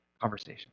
conversation